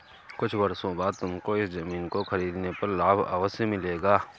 कुछ वर्षों बाद तुमको इस ज़मीन को खरीदने पर लाभ अवश्य मिलेगा